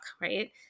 right